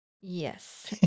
Yes